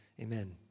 amen